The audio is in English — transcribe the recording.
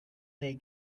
they